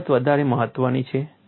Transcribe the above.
આ બાબત વધારે મહત્ત્વની છે